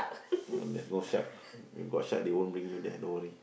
there's no shark if got shark they won't bring you there don't worry